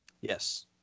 Yes